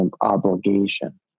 obligation